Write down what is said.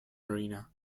marina